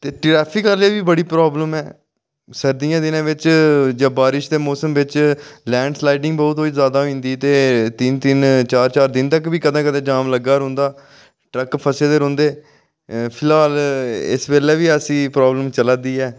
ते ट्रैफिक आह्लें बी बड़ी प्राब्लम ऐ सर्दियें दिनें बिच जां बारिश दे मौसम बिच लैंडस्लाइडिंग बहुत बहुत जैदा होई जंदी ते तिन्न तिन्न चार चार दिन तक बी कदें कदें जाम लग्गा दा रौंह्दा ट्रक फसे दे रौंह्दे फिलहाल इस बेल्लै बी ऐसी प्राब्लम चलै दी ऐ